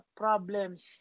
problems